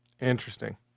Interesting